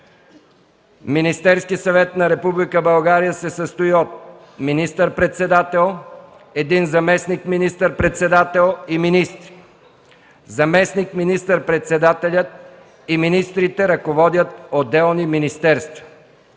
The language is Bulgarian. Министерският съвет на Република България се състои от: министър-председател, един заместник министър-председател и министри. Заместник министър-председателят и министрите ръководят отделни министерства.